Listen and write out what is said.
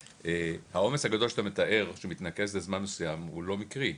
העומס הגדול שאתה מתאר שמתנקז בזמן מסוים הוא לא מקרי,